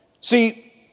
See